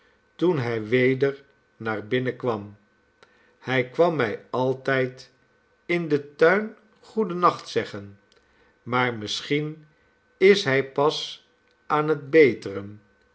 toen hij weder naar binnen kwam hij kwam mij altijd in den tuin goeden nacht zeggen maar misschien is hij pas aan het beteren